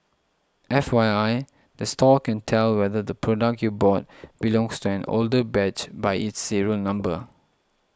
F Y I the store can tell whether the product you bought belongs to an older batch by its serial number